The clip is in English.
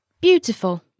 beautiful